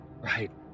Right